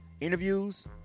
interviews